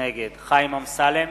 נגד חיים אמסלם,